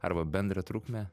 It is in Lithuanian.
arba bendrą trukmę